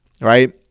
right